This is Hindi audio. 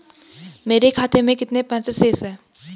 मेरे खाते में कितने पैसे शेष हैं?